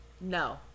No